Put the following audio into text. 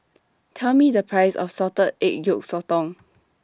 Tell Me The Price of Salted Egg Yolk Sotong